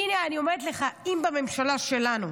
הינה, אני אומרת לך, אם בממשלה שלנו,